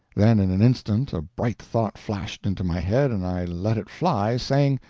then in an instant a bright thought flashed into my head, and i let it fly, saying,